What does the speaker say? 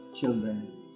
children